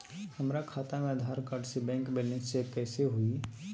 हमरा खाता में आधार कार्ड से बैंक बैलेंस चेक कैसे हुई?